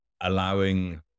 allowing